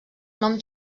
nom